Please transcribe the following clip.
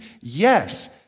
Yes